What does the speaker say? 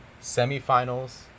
Semi-finals